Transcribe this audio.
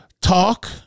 talk